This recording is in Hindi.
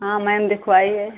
हाँ मैम देखवाइए